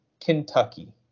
Kentucky